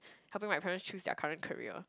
helping my parents choose their current career